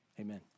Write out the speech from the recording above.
Amen